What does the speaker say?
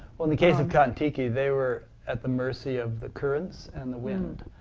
well in the case of kon-tiki, they were at the mercy of the currents and the wind.